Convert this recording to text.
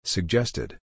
Suggested